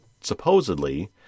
supposedly